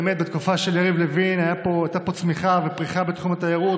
באמת בתקופה של יריב לוין הייתה פה צמיחה ופריחה בתחום התיירות,